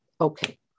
Okay